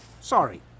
sorry